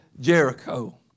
Jericho